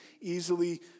easily